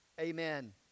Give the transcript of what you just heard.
amen